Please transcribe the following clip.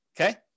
Okay